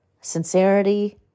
sincerity